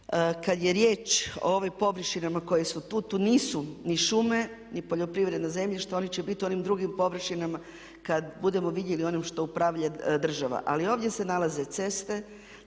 kad je riječ o ovim površinama koje su tu, tu nisu ni šume ni poljoprivredna zemljišta oni će biti u onim drugim površinama kad budemo vidjeli onim što upravlja država. Ali ovdje se nalaze ceste,